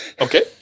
Okay